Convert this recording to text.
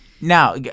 Now